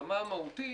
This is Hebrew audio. ברמה המהותית